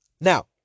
Now